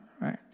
right